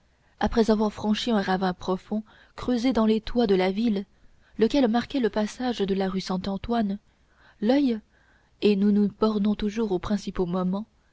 après avoir franchi un ravin profond creusé dans les toits de la ville lequel marquait le passage de la rue saint-antoine l'oeil et nous nous bornons toujours aux principaux monuments